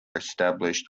established